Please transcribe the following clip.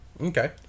Okay